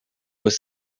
was